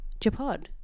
Japod